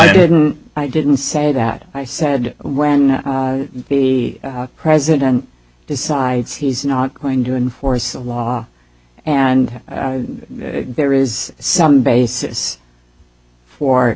didn't i didn't say that i said when the president decides he's not going to enforce the law and there is some basis for